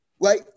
right